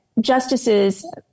justices